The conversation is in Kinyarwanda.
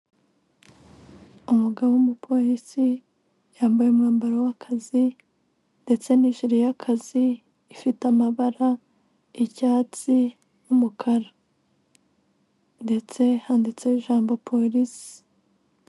Umugabo w'umupolisi yambaye umwambaro w'akazi ndetse n'ijire y'akazi ifite amabara y'icyatsi n'umukara ndetse handitseho ijambo polisi.